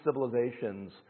civilizations